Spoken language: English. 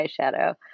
eyeshadow